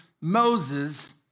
Moses